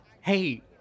hey